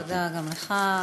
תודה גם לך.